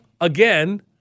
again